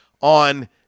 on